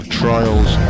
trials